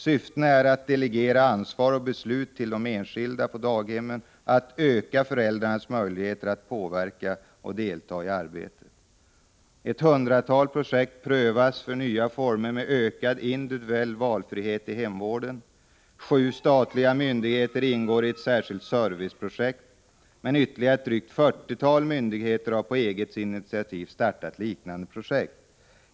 Syftet är att delegera ansvar och beslut till de enskilda människorna på daghemmen och att öka föräldrarnas möjligheter att påverka och delta i arbetet. Ett hundratal projekt med nya former av ökad individuell valfrihet i hemvården prövas. Sju statliga myndigheter ingår i ett särskilt serviceprojekt. Ytterligare drygt 40 myndigheter har på eget initiativ startat liknande projekt.